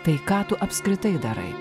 tai ką tu apskritai darai